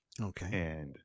Okay